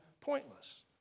pointless